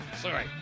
Sorry